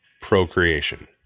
procreation